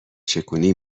چکونی